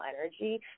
energy